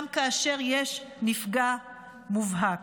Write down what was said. גם כאשר יש נפגע מובהק.